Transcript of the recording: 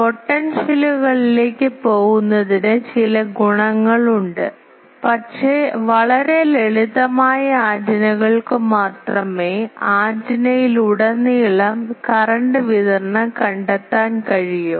പൊട്ടൻഷ്യലുകളിലേക്ക് പോകുന്നതിന് ചില ഗുണങ്ങളുണ്ട് പക്ഷേ വളരെ ലളിതമായ ആന്റിനകൾക്ക് മാത്രമേ ആന്റിനയിലുടനീളം കറന്റ് വിതരണം കണ്ടെത്താൻ കഴിയൂ